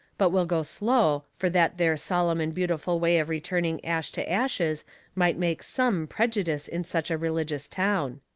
but will go slow, fur that there sollum and beautiful way of returning ash to ashes might make some prejudice in such a religious town.